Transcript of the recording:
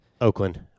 Oakland